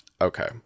okay